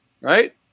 right